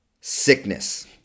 sickness